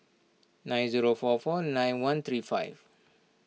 nine zero four four nine one three five